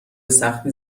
سختی